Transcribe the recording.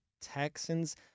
Texans